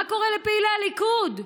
מה קורה לפעילי הליכוד?